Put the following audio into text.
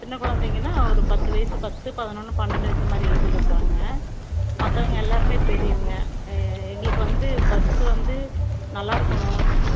சின்ன குழந்தைங்கன்னா ஒரு பத்து வயசு பத்து பதினொன்று பன்னெண்டு இந்த மாதிரி ஏஜ்ஜில் இருக்கிறாங்க மற்றவங்க எல்லாருமே பெரியவங்க எங்களுக்கு வந்து பஸ்ஸு வந்து நல்லா இருக்கணும்